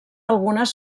algunes